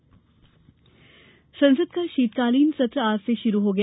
संसद सत्र संसद का शीतकालीन सत्र आज से शुरू हो गया